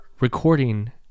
recording